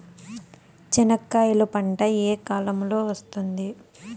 చెనక్కాయలు పంట ఏ కాలము లో వస్తుంది